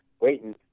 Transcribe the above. waiting